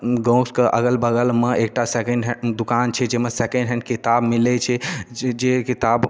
गाँवके अगल बगलमे एकटा सेकेण्ड हैण्ड दोकान छै जैमे सेकेण्ड हैण्ड किताब मिलै छै जे जे किताब